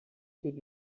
could